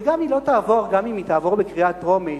וגם אם היא תעבור בקריאה טרומית,